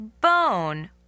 Bone